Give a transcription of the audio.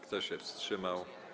Kto się wstrzymał?